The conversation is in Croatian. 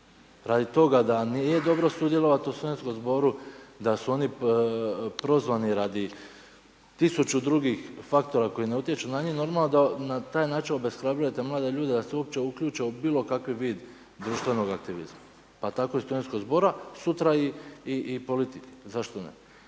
Radi toga da nije dobro sudjelovati u studentskom zboru, da su oni prozvani radi tisuću drugih faktora koji ne utječu na njih, normalno da na taj način obeshrabljujete mlade ljude da se uopće uključe u bilo kakav vid društvenog aktivizma, pa tako i studentskog zbora, sutra i politike. Zašto ne?